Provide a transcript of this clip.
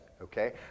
Okay